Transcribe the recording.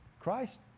Christ